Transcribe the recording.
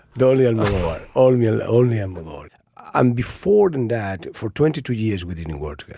doley, an all male only envelope i'm beforeand dad for twenty two years with the new words.